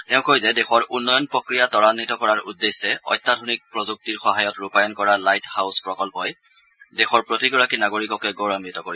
তেওঁ কয় যে দেশৰ উন্নয়ন প্ৰক্ৰিয়া তৰান্বিত কৰাৰ উদ্দেশ্যে অত্যাধুনিক প্ৰযুক্তিৰ সহায়ত ৰূপায়ণ কৰা লাইট হাউচ প্ৰকল্পই দেশৰ প্ৰতিগৰাকী নাগৰিককে গৌৰৱাঘিত কৰিব